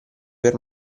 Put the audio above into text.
per